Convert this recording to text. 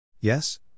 Yes